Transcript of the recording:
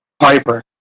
piper